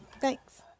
thanks